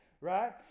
Right